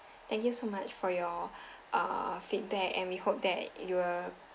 thank you so much for your err feedback and we hope that you are